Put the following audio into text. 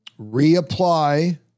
reapply